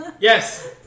Yes